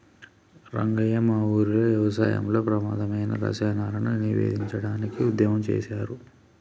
రంగయ్య మా ఊరిలో వ్యవసాయంలో ప్రమాధమైన రసాయనాలను నివేదించడానికి ఉద్యమం సేసారు